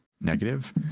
negative